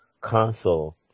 console